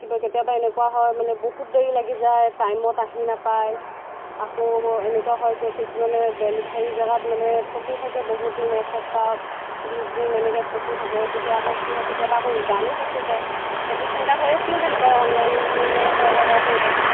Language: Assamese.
কিবা কেতিয়াবা এনেকুৱা হয় মানে বহুত দেৰি লাগি যায় টাইমত আহি নাপায় আকৌ এনেকুৱা হয় যে কিছুমানে ডেলিভাৰী জেগাত মানে ফঁচি থাকে বহুত দিন এসপ্তাহ বিছ দিন এনেকে ফঁচি থাকে তেতিয়া আকৌ কি হয় কেতিয়াবা আকৌ ৰিটাৰ্ণো গুচি যায় সেইটো চিন্তা হৈ আছিলে যেনিবা অনলাইন অৰ্ডাৰ কৰোঁতে